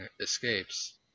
Escapes